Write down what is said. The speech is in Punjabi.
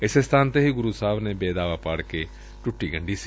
ਇਸੇ ਸਬਾਨ ਤੇ ਹੀ ਗੁਰੂ ਸਾਹਿਬ ਨੇ ਬੇਦਾਵਾ ਪਾੜ ਕੇ ਟੁੱਟੀ ਗੰਢੀ ਸੀ